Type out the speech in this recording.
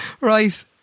Right